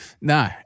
No